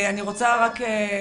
תודה.